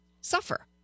suffer